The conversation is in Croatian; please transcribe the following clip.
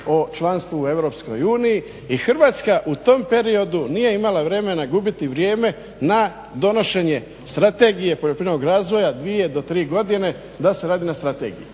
o članstvu u EU i Hrvatska u tom periodu nije imala vremena gubiti vrijeme na donošenje Strategije poljoprivrednog razvoja 2 do 3 godine da se radi na strategiji.